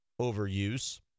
overuse